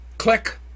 Click